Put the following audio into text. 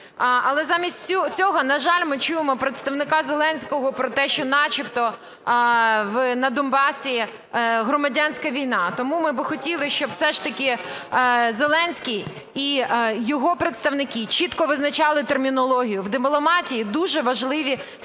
Але замість цього, на жаль, ми чуємо представника Зеленського про те, що начебто на Донбасі громадянська війна. Тому ми би хотіли, щоб все ж таки Зеленський і його представники чітко визначали термінологію, в дипломатії дуже важливі сигнали.